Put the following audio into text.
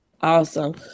Awesome